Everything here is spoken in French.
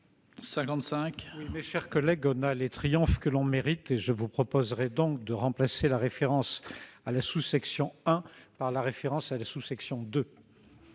55.